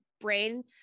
brain